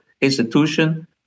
institution